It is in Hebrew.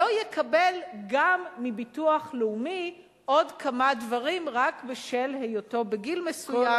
לא יקבל גם מביטוח לאומי עוד כמה דברים רק בשל היותו בגיל מסוים,